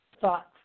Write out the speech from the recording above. thoughts